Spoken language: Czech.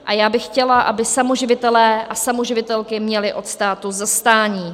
A já bych chtěla, aby samoživitelé a samoživitelky měli od státu zastání.